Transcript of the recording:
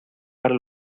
para